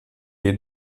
les